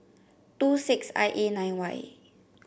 two six I A nine Y